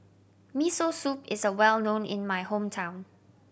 Miso Soup is well known in my hometown